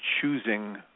choosing